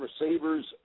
receivers